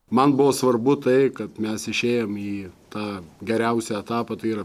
man buvo svarbu tai kad mes išėjom į tą geriausią etapą tai yra